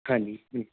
ਹਾਂਜੀ ਹੂੰ